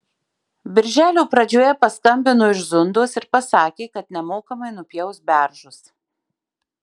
birželio pradžioje paskambino iš zundos ir pasakė kad nemokamai nupjaus beržus